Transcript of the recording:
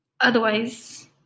otherwise